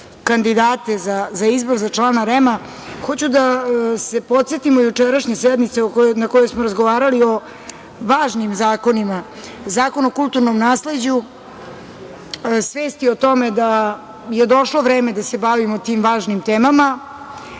kandidate za izbor za člana REM-a, hoću da se podsetimo jučerašnje sednice na kojoj smo razgovarali o važnim zakonima. Zakon o kulturnom nasleđu, svesti o tome da je došlo vreme da se bavimo tim važnim temama,